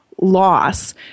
loss